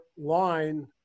line